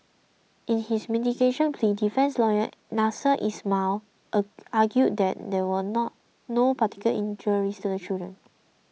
in his mitigation plea defence lawyer Nasser Ismail a argued that there were not no particular injuries to the children